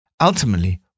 Ultimately